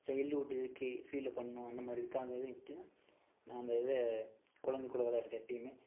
childhood இதுக்கு ஃபீலில் பண்ணணும் அந்த மாதிரி இதுக்காகவேன்ட்டு தான் நான் அந்த இது குழந்தைங்க கூட விளையாடுறது எப்பயுமே